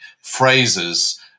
phrases